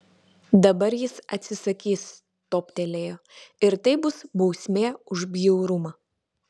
dabar jis atsisakys toptelėjo ir tai bus bausmė už bjaurumą